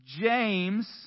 James